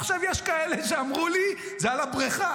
עכשיו, יש כאלה שאמרו לי: זה על הבריכה,